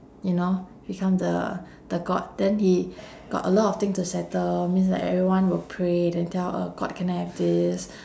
you know become the the god then he got a lot of thing to settle means like everyone will pray then tell a god can I have this